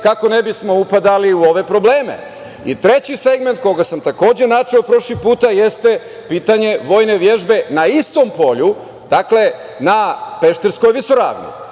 kako ne bismo upadali u ove probleme. Treći segment koji sam takođe načeo prošlog puta jeste pitanje vojne vežbe na istom polju, dakle, na Pešterskoj visoravni.